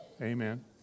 Amen